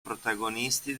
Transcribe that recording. protagonisti